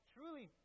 Truly